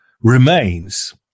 remains